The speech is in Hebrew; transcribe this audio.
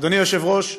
אדוני היושב-ראש,